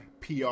PR